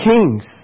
Kings